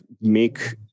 make